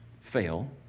fail